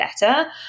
better